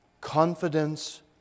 confidence